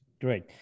Great